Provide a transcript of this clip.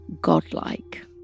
godlike